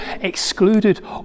excluded